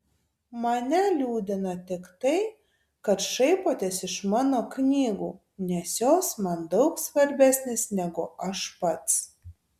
mane liūdina tik tai kad šaipotės iš mano knygų nes jos man daug svarbesnės negu aš pats